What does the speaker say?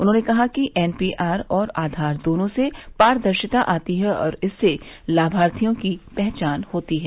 उन्होंने कहा कि एन पी आर और आधार दोनों से पारदर्शिता आती है और इससे लाभार्थियों की पहचान होती है